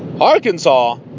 Arkansas